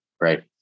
Right